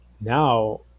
now